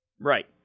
Right